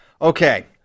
Okay